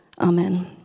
Amen